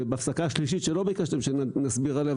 ובהפסקה השלישית שלא ביקשתם שנסביר עליה,